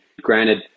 Granted